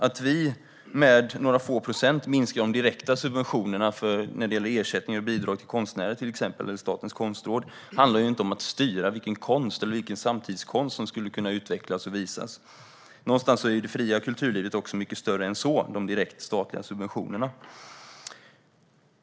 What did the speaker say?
Att vi med några få procent minskar de direkta subventionerna när det gäller till exempel ersättningar och bidrag till konstnärer eller Statens konstråd handlar det inte om att styra vilken konst eller vilken samtidskonst som skulle kunna utvecklas eller visas. Någonstans är det fria kulturlivet mycket större än de direkta statliga subventionerna.